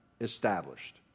established